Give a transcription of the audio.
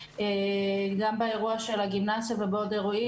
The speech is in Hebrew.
גם באירוע של הגימנסיה ובעוד אירועים,